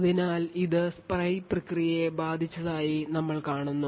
അതിനാൽ ഇത് spy പ്രക്രിയയെ ബാധിച്ചതായി ഞങ്ങൾ കാണുന്നു